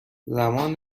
زمان